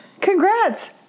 congrats